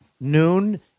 noon